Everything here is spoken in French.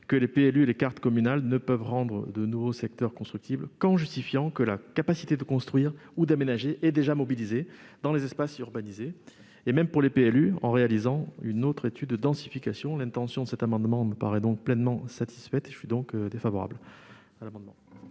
que les PLU et les cartes communales ne peuvent rendre de nouveaux secteurs constructibles qu'en justifiant « que la capacité de construire ou d'aménager est déjà mobilisée dans les espaces déjà urbanisés » et même, pour les PLU, en réalisant une autre étude de densification. L'intention des auteurs de cet amendement me paraît donc pleinement satisfaite. Avis défavorable. Quel est